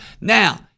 Now